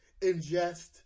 ingest